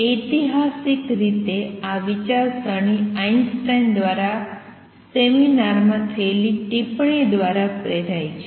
ઐતિહાસિક રીતે આ વિચારસરણી આઇન્સ્ટાઇન દ્વારા સેમિનારમાં થયેલી ટિપ્પણી દ્વારા પ્રેરાઈ છે